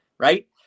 Right